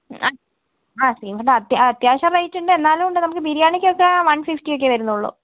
അല്ല അത് അത്യാവശ്യം റേറ്റ് ഉണ്ട് എന്നാലും ഉണ്ട് നമുക്ക് ബിരിയാണിക്കൊക്കെ വൺ ഫിഫ്റ്റി ഒക്കെയേ വരുന്നുള്ളൂ